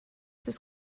des